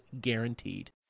guaranteed